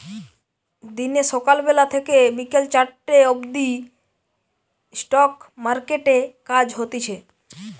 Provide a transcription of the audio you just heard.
দিনে সকাল বেলা থেকে বিকেল চারটে অবদি স্টক মার্কেটে কাজ হতিছে